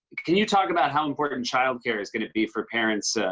can you talk about how important child care is going to be for parents,